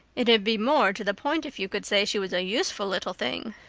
it'd be more to the point if you could say she was a useful little thing,